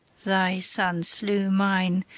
thy son slew mine,